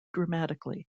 dramatically